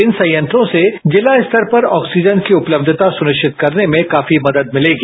इन संयंत्रो से जिला स्तर पर ऑक्सीजन की उपलब्यता सुनिश्चित करने में काफी मदद भिलेगी